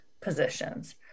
positions